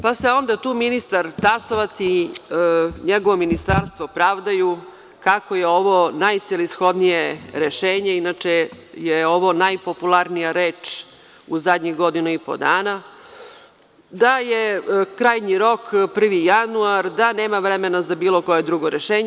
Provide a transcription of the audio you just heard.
Pa se onda tu ministar Tasovac i njegovo ministarstvo pravdaju kako je ovo najcelishodnije rešenje, inače je ovo najpopularnija reč u zadnjih godinu i po dana, da je krajnji rok 1. januar, da nema vremena za bilo koje drugo rešenje.